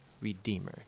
redeemer